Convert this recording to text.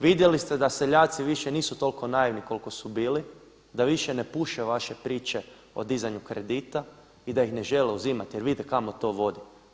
Vidjeli ste da seljaci više nisu toliko naivni koliko su bili, da više ne puše vaše priče o dizanju kredita i da ih ne žele uzimati jer vidite kamo to vodi.